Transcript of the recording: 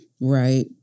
Right